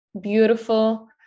beautiful